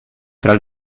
tra